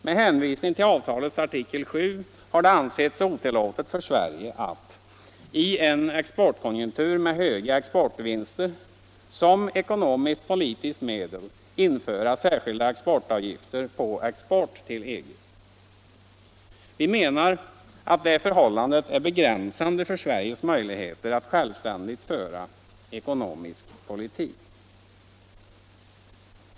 Med hänvisning till avtalets artikel 7 har det ansetts otillåtet för Sverige att, i en exportkonjunktur med höga exportvinster, som ekonomiskt-politiskt medel införa särskilda exportavgifter på export till EG. Vi menar att detta förhållande är begränsande för Sveriges möjligheter att självständigt föra ekonomisk politik.